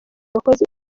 abakozi